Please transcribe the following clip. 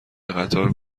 قطار